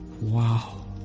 Wow